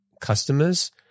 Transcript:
customers